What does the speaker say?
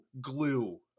glue